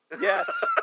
Yes